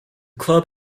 club